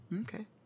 Okay